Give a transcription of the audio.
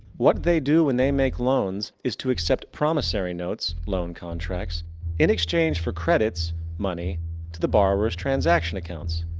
what they do when they make loans is to accept promissory notes loan contracts in exchange for credits money to the borrowers' transaction accounts.